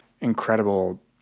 incredible